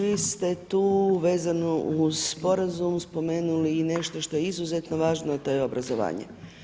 Vi ste tu vezanu uz sporazum spomenuli i nešto što je izuzetno važno, a to je obrazovanje.